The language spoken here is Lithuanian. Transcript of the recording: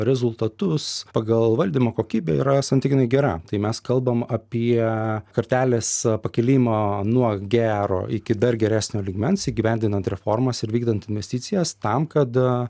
rezultatus pagal valdymo kokybę yra santykinai gera tai mes kalbam apie kartelės pakėlimą nuo gero iki dar geresnio lygmens įgyvendinant reformas ir vykdant investicijas tam kad